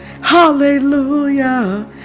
Hallelujah